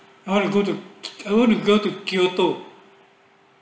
I want to go to i want to go to kyoto